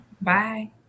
bye